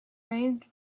raised